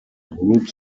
group